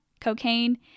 cocaine